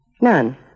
None